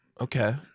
Okay